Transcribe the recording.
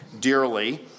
dearly